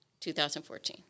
2014